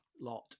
lot